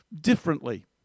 differently